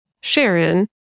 Sharon